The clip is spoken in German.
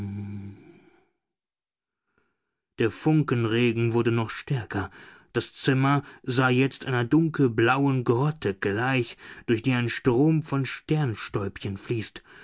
der funkenregen wurde noch stärker das zimmer sah jetzt einer dunkelblauen grotte gleich durch die ein strom von sternstäubchen fließt